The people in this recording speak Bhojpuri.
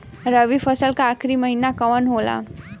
रवि फसल क आखरी महीना कवन होला?